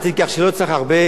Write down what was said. כולם יודעים מתי מסיימים,